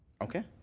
okay.